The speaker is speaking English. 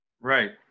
Right